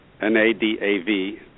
N-A-D-A-V